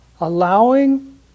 allowing